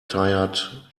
tired